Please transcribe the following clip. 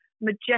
majestic